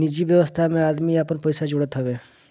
निजि व्यवस्था में आदमी आपन पइसा जोड़त हवे